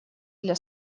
для